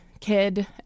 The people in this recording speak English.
kid